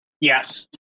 Yes